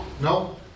No